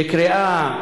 מאשרים,